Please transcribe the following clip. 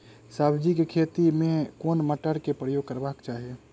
सब्जी केँ खेती मे केँ मोटर केँ प्रयोग करबाक चाहि?